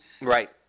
Right